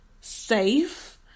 safe